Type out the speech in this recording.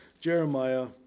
Jeremiah